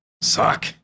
suck